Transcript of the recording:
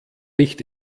nicht